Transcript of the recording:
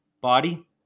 Body